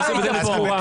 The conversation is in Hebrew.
שיעשה בדלת סגורה.